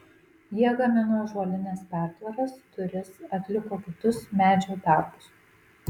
jie gamino ąžuolines pertvaras duris atliko kitus medžio darbus